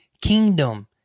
kingdom